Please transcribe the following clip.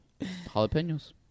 Jalapenos